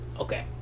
okay